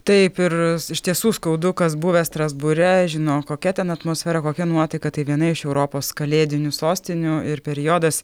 taip ir iš tiesų skaudu kas buvę strasbūre žino kokia ten atmosfera kokia nuotaika tai viena iš europos kalėdinių sostinių ir periodas